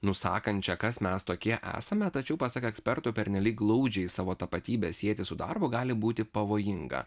nusakančią kas mes tokie esame tačiau pasak eksperto pernelyg glaudžiai savo tapatybę sieti su darbu gali būti pavojinga